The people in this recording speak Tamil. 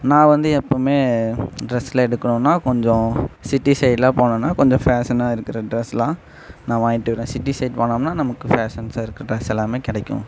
நான் வந்து எப்போவுமே ட்ரெஸ் எல்லாம் எடுக்கணுனா கொஞ்சம் சிட்டி சைடு எல்லாம் போனம்ன்னா கொஞ்சம் ஃபேஷனாக இருக்கிற ட்ரெஸ் எல்லாம் நான் வாங்கிகிட்டு வருவேன் சிட்டி சைடு போனம்னா நமக்கு ஃபேஷன்ஸ்ஸாக இருக்கிற ட்ரெஸ் எல்லாமே கிடைக்கும்